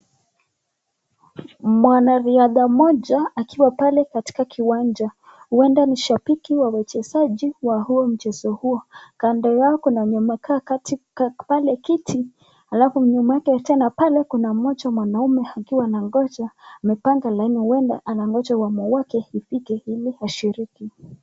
Mwanariadha moja akiwa pale katika kiwanja, huenda ni shabiki wa wachezaji, wa huo mchezo huo kando yao kuna mwenye amekaa katika pale kiti, alafu nyuma yake tena pale kuna moja mwanaume akiwa anangoja amepanga laini labda anangoja uamu yake ifike ili ashiriki.